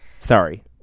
Sorry